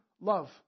love